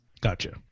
Gotcha